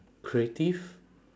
creative